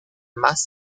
más